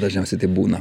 dažniausiai taip būna